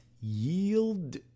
yield